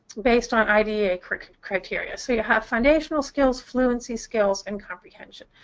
based on idea criteria? so you have foundational skills, fluency skills, and comprehension.